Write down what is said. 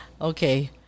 Okay